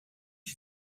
she